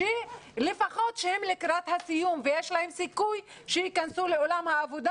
שלפחות הם לקראת הסיום ויש להם סיכוי שהם ייכנסו לעולם העבודה